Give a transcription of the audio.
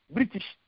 British